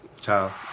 Ciao